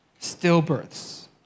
stillbirths